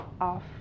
off